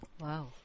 Wow